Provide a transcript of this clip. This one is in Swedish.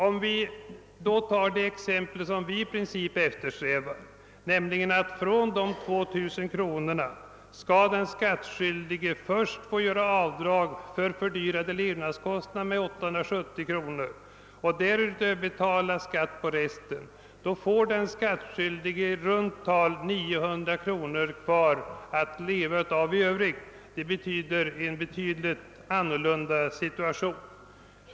Om vi tar ett exempel som sammanfaller med vad vi i princip eftersträvar, nämligen att från de 2 000 kronorna den skattskyldige först skall få göra avdrag för fördyrade levnadskostnader med 870 kronor och därutöver betala skatt på resten, får han i runt tal 900 kronor kvar att leva på, och det är ju en avsevärt förbättrad situation.